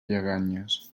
lleganyes